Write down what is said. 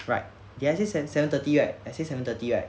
right did I say seven seven thirty right I say seven thirty right